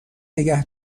نگه